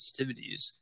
sensitivities